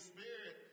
Spirit